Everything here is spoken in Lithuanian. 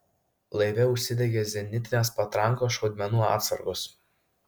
laive užsidegė zenitinės patrankos šaudmenų atsargos